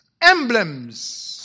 emblems